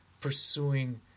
pursuing